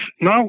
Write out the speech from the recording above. no